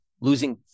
losing